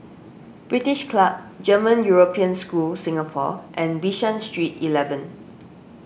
British Club German European School Singapore and Bishan Street eleven